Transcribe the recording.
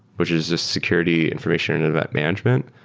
which is a security information and event management.